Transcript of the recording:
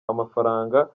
amafaranga